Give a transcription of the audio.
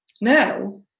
now